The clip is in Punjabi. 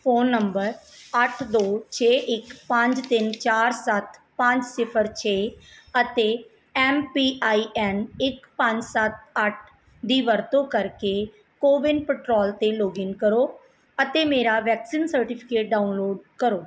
ਫ਼ੋਨ ਨੰਬਰ ਅੱਠ ਦੋ ਛੇ ਇੱਕ ਪੰਜ ਤਿੰਨ ਚਾਰ ਸੱਤ ਪੰਜ ਸਿਫ਼ਰ ਛੇ ਅਤੇ ਐਮ ਪੀ ਆਈ ਐਨ ਇੱਕ ਪੰਜ ਸੱਤ ਅੱਠ ਦੀ ਵਰਤੋਂ ਕਰਕੇ ਕੋ ਵਿਨ ਪੋਰਟਲ ਤੇ ਲੌਗਇਨ ਕਰੋ ਅਤੇ ਮੇਰਾ ਵੈਕਸੀਨ ਸਰਟੀਫਿਕੇਟ ਡਾਊਨਲੋਡ ਕਰੋ